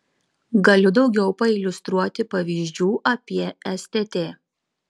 galiu daugiau pailiustruoti pavyzdžiu apie stt